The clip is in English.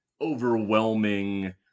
overwhelming